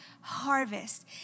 harvest